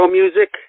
music